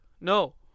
No